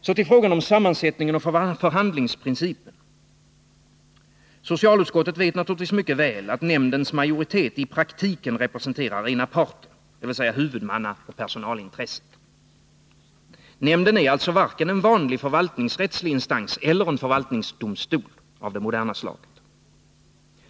Så till frågan om sammansättningen och förhandlingsprincipen. Socialutskottet vet naturligtvis mycket väl att nämndens majoritet i praktiken representerar ena parten, dvs. huvudmannaoch personalintresset. Nämnden är alltså varken en vanlig förvaltningsrättslig instans eller en förvaltningsdomstol av det moderna slaget.